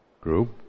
group